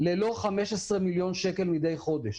15 מיליון שקלים מידי חודש